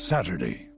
Saturday